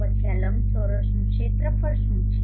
તો પછી આ લંબચોરસનું ક્ષેત્રફળ શું છે